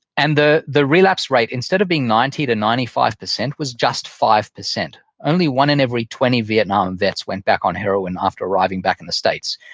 and the the relapse rate, instead of being ninety to ninety five percent, was just five percent. only one in every twenty vietnam vets went back on heroin after arriving back to the states,